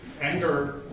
Anger